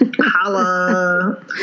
Holla